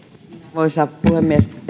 arvoisa puhemies